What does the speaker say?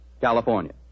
California